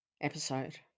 episode